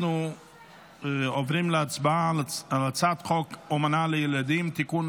אנחנו עוברים להצבעה על הצעת חוק אומנה לילדים (תיקון,